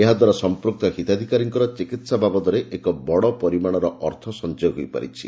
ଏହାଦ୍ୱାରା ସମ୍ପୂକ୍ତ ହିତାଧିକାରୀମାନଙ୍କର ଚିକିତ୍ସା ବାବଦରେ ଏକ ବଡ଼ ପରିମାଣର ଅର୍ଥ ସଂଚୟ ହୋଇପାରିଛି